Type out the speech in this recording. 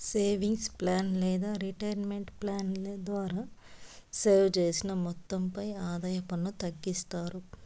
savings plan లేదా retirement plan ద్వారా save చేసిన మొత్తంపై ఆదాయ పన్ను తగ్గిస్తారు